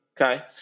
Okay